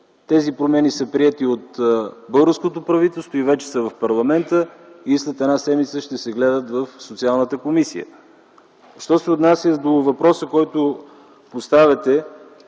тези промени са приети от българското правителство и вече са в парламента и след една седмица ще се гледат в Социалната комисия. Що се отнася до въпроса, който поставяте